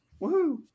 Woohoo